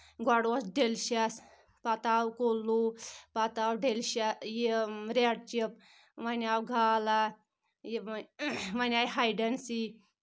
گۄڈٕ اوس ڈیلِشس پَتہٕ آو کُلوٗ پَتہٕ آو ڈیلش یہِ ریڈ چِپ وَنۍ آو گالا یہِ وَنۍ آیہِ ہاے ڈَنسی